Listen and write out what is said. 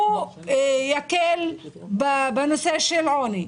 הוא יקל בנושא של עוני,